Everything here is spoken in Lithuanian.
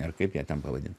ar kaip ją ten pavadint